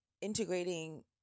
integrating